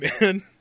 man